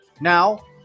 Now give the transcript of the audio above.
Now